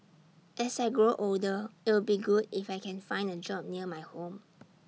as I grow older it'll be good if I can find A job near my home